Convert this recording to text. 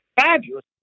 fabulous